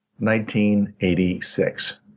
1986